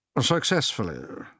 Successfully